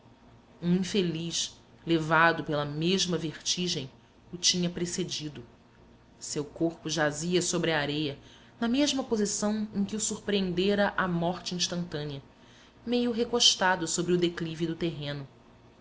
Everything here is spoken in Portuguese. um infeliz levado pela mesma vertigem o tinha precedido seu corpo jazia sobre a areia na mesma posição em que o surpreendera a morte instantânea meio recostado sobre o declive do terreno